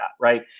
right